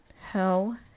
hell